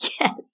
Yes